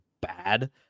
bad